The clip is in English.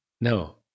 no